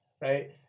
right